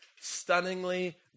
stunningly